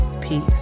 peace